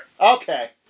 Okay